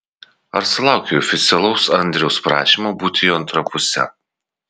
ar sulaukei oficialaus andriaus prašymo būti jo antra puse